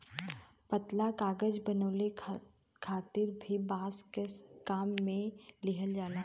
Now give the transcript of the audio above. पतला कागज बनावे खातिर भी बांस के काम में लिहल जाला